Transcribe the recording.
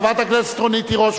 חברת הכנסת רונית תירוש,